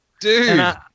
Dude